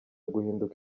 guhinduka